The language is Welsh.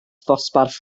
dosbarth